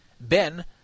Ben